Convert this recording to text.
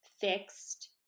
fixed